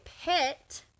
pit